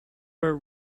were